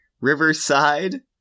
Riverside